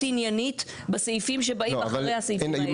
עניינית בסעיפים שבאים אחרי הסעיפים האלה.